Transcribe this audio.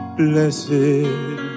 blessed